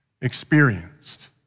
experienced